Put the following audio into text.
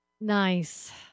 Nice